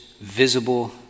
visible